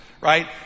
right